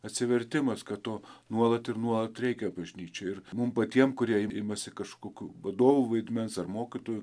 atsivertimas kad to nuolat ir nuolat reikia bažnyčiai ir mum patiem kurie i imasi kažkokių vadovų vaidmens ar mokytojų